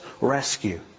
rescue